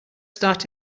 start